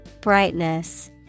Brightness